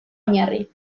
oinarri